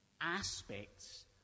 aspects